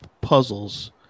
puzzles